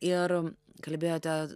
ir kalbėjote